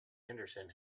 henderson